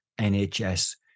NHS